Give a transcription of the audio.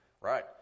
right